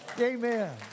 Amen